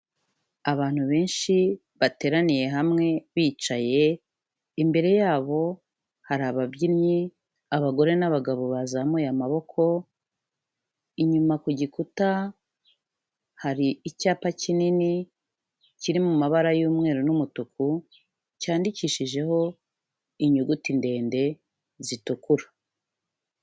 Abantu benshi bateraniye hamwe bicaye, imbere yabo hari ababyinnyi, abagore n'abagabo bazamuye amaboko, inyuma ku gikuta hari icyapa kinini kiri mu mabara y'umweru n'umutuku cyandikishijeho inyuguti ndende zitukura.